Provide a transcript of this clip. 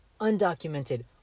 undocumented